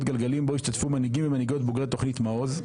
גלגלים בו השתתפו מנהיגים ומנהיגות בוגרי תכנית מעוז,